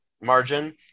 margin